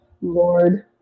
Lord